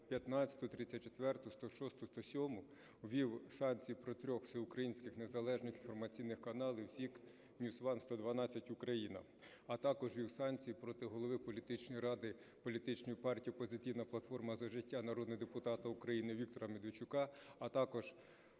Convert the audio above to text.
15, 34, 106, 107) ввела санкції проти трьох всеукраїнських незалежних інформаційних каналів: ZIK, NewsOne, "112 Україна", - а також ввела санкції проти голови політичної ради політичної партії "Опозиційна платформа – За життя" народного депутата України Віктора Медведчука, а також